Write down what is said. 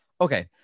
Okay